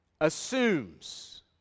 assumes